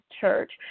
church